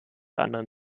anderen